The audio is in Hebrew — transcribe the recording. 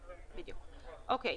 בדיוק.